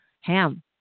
Ham